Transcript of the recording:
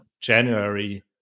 January